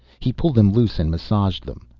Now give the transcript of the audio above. he pulled them loose and massaged them.